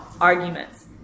arguments